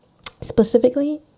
Specifically